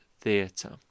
Theatre